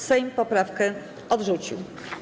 Sejm poprawki odrzucił.